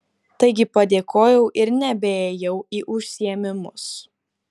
taigi padėkojau ir nebeėjau į užsiėmimus